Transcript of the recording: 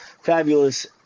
fabulous